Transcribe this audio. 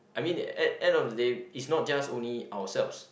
I mean e~ end of the day is not just only ourselves